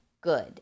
good